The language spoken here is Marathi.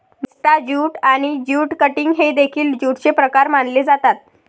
मेस्टा ज्यूट आणि ज्यूट कटिंग हे देखील ज्यूटचे प्रकार मानले जातात